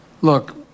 Look